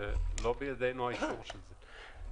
לא בידינו האישור של זה.